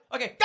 Okay